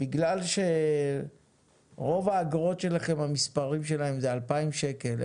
בגלל שרוב האגרות שלכם המספרים שלהם זה 2,000 שקלים,